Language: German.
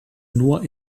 nur